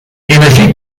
energie